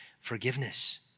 forgiveness